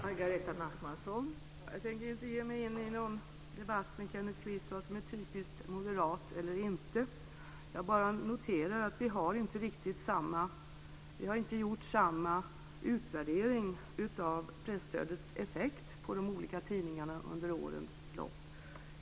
Fru talman! Jag tänker inte ge mig in i någon debatt med Kenneth Kvist om vad som är typiskt moderat eller inte. Jag bara noterar att vi inte har gjort samma utvärdering av presstödets effekt på de olika tidningarna under årens lopp.